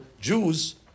Jews